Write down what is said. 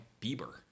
Bieber